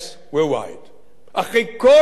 אחרי כל מה שהוצע לו